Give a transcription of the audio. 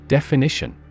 Definition